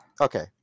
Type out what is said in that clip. Okay